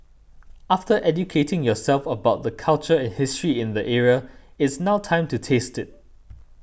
after educating yourself about the culture and history in the area it's now time to taste it